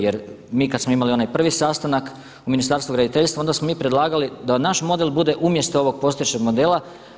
Jer mi kad smo imali onaj sastanak u Ministarstvu graditeljstva onda smo mi predlagali da naš model bude umjesto ovog postojećeg modela.